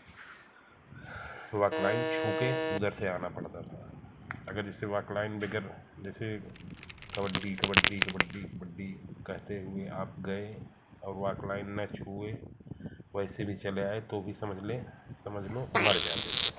वाक line छू कर उधर से आना पड़ता था अगर जैसे वाक लाइन डगर जैसे कबड्डी कबड्डी कबड्डी कबड्डी कहते हुए आप गए और वाक लाइन न छुए वैसे भी चले आए तो भी समझ ले समझ लो मर जाथे थे